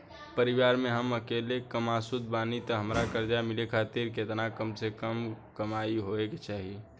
परिवार में हम अकेले कमासुत बानी त हमरा कर्जा मिले खातिर केतना कम से कम कमाई होए के चाही?